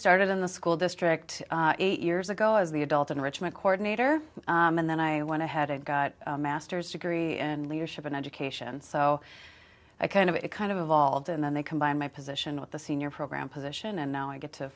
started in the school district eight years ago as the adult enrichment cord nater and then i went ahead and got a master's degree and leadership in education so i kind of it kind of evolved and then they combine my position with the senior program position and now i get to